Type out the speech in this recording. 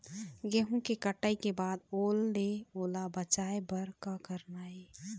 गेहूं के कटाई के बाद ओल ले ओला बचाए बर का करना ये?